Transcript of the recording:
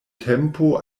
tempo